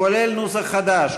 כולל נוסח חדש,